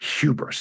hubris